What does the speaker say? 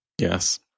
Yes